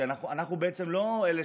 כי בעצם אנחנו לא אלה.